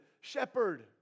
shepherd